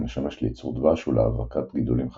המשמש לייצור דבש ולהאבקת גידולים חקלאיים.